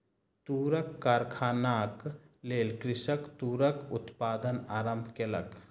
तूरक कारखानाक लेल कृषक तूरक उत्पादन आरम्भ केलक